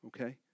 okay